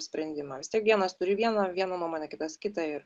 sprendimą vis tiek vienas turi vieną vieną nuomonę kitas kitą ir